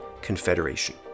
confederation